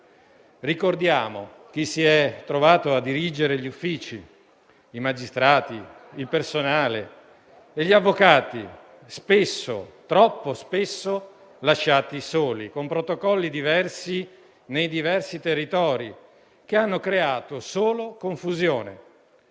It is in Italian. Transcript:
Ricordiamo chi si è trovato a dirigere gli uffici: i magistrati, il personale e gli avvocati, spesso - troppo spesso - lasciati soli, con protocolli diversi nei diversi territori, che hanno creato solo confusione.